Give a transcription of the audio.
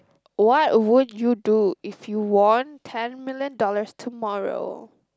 what would you do if you won ten million dollars tomorrow